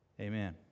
Amen